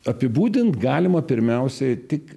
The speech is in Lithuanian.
apibūdint galima pirmiausiai tik